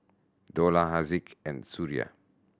Dollah Haziq and Suria